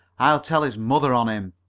i'll tell his mother on him.